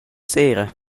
sera